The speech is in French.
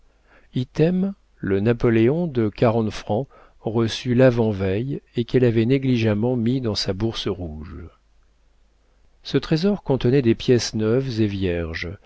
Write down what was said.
item le napoléon de quarante francs reçu l'avant-veille et qu'elle avait négligemment mis dans sa bourse rouge ce trésor contenait des pièces neuves et vierges